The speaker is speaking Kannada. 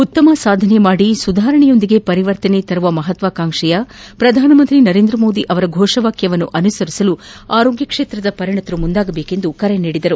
ಉತ್ತಮ ಸಾಧನೆ ಮಾಡಿ ಸುಧಾರಣೆಯೊಂದಿಗೆ ಪರಿವರ್ತನೆ ತರುವ ಮಪತ್ವಾಣಂಕ್ಷೆಯನ್ನು ಪ್ರಧಾನ ಮಂತ್ರಿ ನರೇಂದ್ರ ಮೋದಿ ಅವರ ಫೋಷವಾಕ್ಯವನ್ನು ಅನುಸರಿಸಲು ಆರೋಗ್ಯ ಕ್ಷೇತ್ರದ ತಜ್ಞರು ಮುಂದಾಗಬೇಕೆಂದು ಕರೆ ನೀಡಿದರು